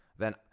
then,